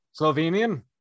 slovenian